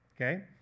okay